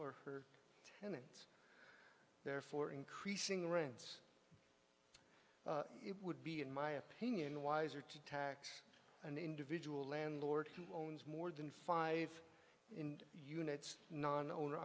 or her tenants therefore increasing rents it would be in my opinion wiser to tax an individual landlord who owns more than five units non owner